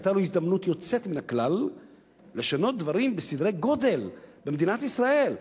היתה לו הזדמנות יוצאת מן הכלל לשנות דברים בסדרי-גודל במדינת ישראל.